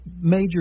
major